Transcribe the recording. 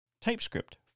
TypeScript